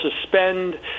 suspend